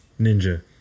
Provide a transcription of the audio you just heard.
Ninja